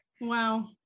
Wow